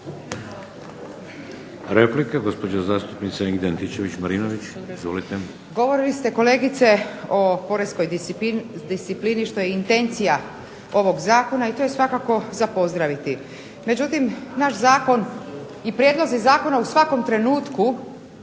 **Antičević Marinović, Ingrid (SDP)** Govorili ste kolegice o poreskoj disciplini što je intencija ovog Zakona što je svakako za pozdraviti no naš zakon i prijedlozi zakona u svakom trenutku